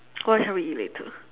what shall we eat later